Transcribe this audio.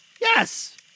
yes